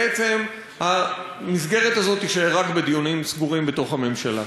בעצם המסגרת הזאת תישאר רק בדיונים סגורים בתוך הממשלה.